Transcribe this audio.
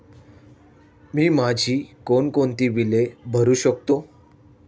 मी माझी कोणकोणती बिले भरू शकतो?